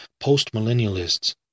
Postmillennialists